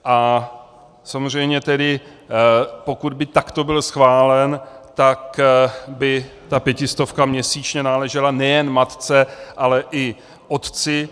A samozřejmě tedy pokud by takto byl schválen, tak by ta pětistovka měsíčně náležela nejen matce, ale i otci.